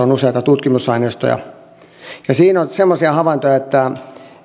on useita tutkimusaineistoja siinä on semmoisia havaintoja että